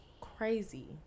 Crazy